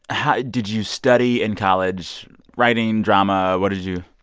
how did you study in college writing drama? what did you